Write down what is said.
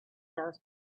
those